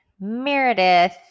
Meredith